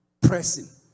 Pressing